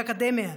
לאקדמיה,